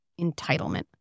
entitlement